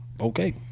okay